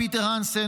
פיטר הנסן,